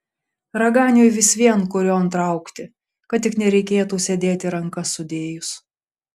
raganiui vis vien kurion traukti kad tik nereikėtų sėdėti rankas sudėjus